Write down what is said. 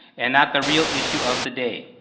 and not the real issue of the day.